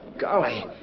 Golly